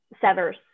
severs